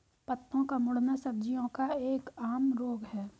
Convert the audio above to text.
पत्तों का मुड़ना सब्जियों का एक आम रोग है